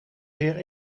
weer